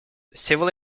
civil